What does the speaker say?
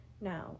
Now